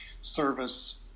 service